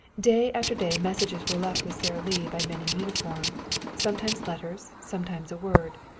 day after day messages were left with sara lee by men in uniform sometimes letters, sometimes a word.